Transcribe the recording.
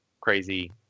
crazy